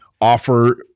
offer